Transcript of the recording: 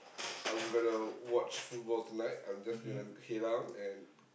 I'm gonna watch football tonight I'm just gonna head down and